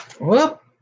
Whoop